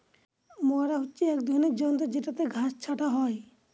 mower হচ্ছে এক রকমের যন্ত্র জেত্রযেটাতে ঘাস ছাটা হয়